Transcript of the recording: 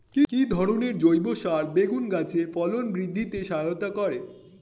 কি ধরনের জৈব সার বেগুন গাছে ফলন বৃদ্ধিতে সহায়তা করে?